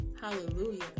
Hallelujah